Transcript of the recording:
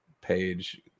page